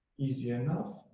easy enough.